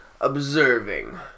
observing